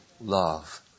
love